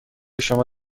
شما